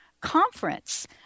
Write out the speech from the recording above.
conference